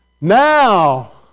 Now